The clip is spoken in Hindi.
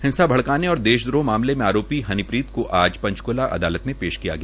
हिंसा भड़काने और देश द्रोह मामले में आरोपी हनीप्रीत को आज पंचकूला अदालत में पेश किया गया